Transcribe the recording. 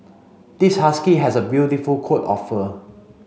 this husky has a beautiful coat of fur